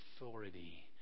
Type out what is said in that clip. authority